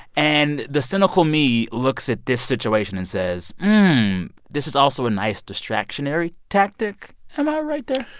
and the cynical me looks at this situation and says this is also a nice distractionary tactic. am i right there?